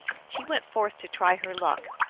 she went forth to try her luck.